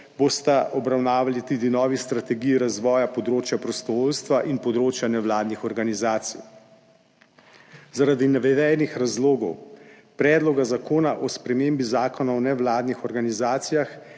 bosta obravnavali tudi novi strategiji razvoja področja prostovoljstva in področja nevladnih organizacij. Zaradi navedenih razlogov Predloga zakona o spremembi Zakona o nevladnih organizacijah,